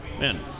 man